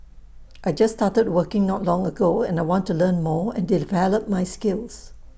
I just started working not long ago and I want to learn more and develop my skills